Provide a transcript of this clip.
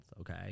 okay